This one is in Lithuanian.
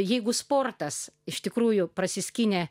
jeigu sportas iš tikrųjų prasiskynė